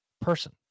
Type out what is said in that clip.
person